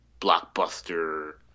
blockbuster